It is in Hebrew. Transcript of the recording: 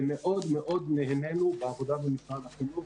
ומאוד מאוד נהנינו מהעבודה במשרד החינוך.